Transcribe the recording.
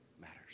matters